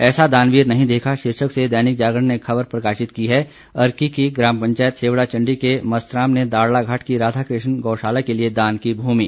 ऐसा दानवीर नहीं देखा शीर्षक से दैनिक जागरण ने ख़बर प्रकाशित की है अर्की की ग्राम पंचायत सेवड़ा चण्डी के मस्त राम ने दाड़लाघाट की राधा कृष्ण गौशाला के लिए दान की भूमि